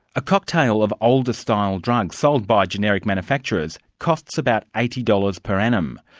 a cocktail of older-style drugs sold by generic manufacturers costs about eighty dollars per annum.